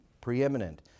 preeminent